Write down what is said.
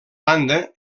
banda